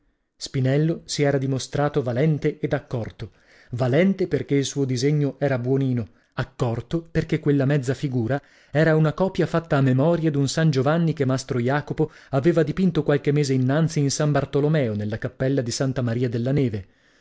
spinello si era dimostrato valente ed accorto valente perchè il suo disegno era buonino accorto perchè quella mezza figura era una copia fatta a memoria d'un san giovanni che mastro jacopo aveva dipinto qualche mese innanzi in san bartolomeo nella cappella di santa maria della neve